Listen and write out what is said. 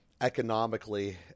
economically